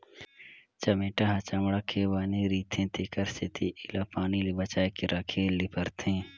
चमेटा ह चमड़ा के बने रिथे तेखर सेती एला पानी ले बचाए के राखे ले परथे